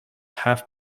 half